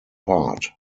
part